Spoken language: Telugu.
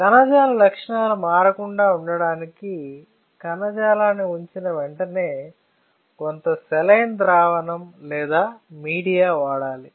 కణజాల లక్షణాలను మారకుండా ఉండటానికి కణజాలాన్ని ఉంచిన వెంటనే కొంత సెలైన్ ద్రావణం లేదా మీడియా వాడాలి